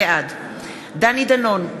בעד דני דנון,